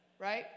right